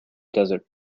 desert